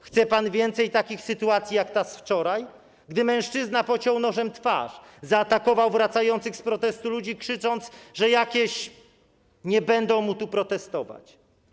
Chce pan więcej takich sytuacji jak ta z wczoraj, gdy mężczyzna pociął nożem twarz, zaatakował wracających z protestu ludzi, krzycząc, że jakieś... nie będą mu tu protestować?